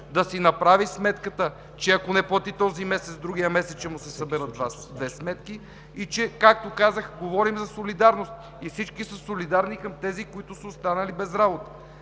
да си направи сметката, че ако не плати този месец, другият месец ще му се съберат две сметки и че, както казах, говорим за солидарност и всички са солидарни към тези, които са останали без работа.